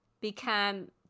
become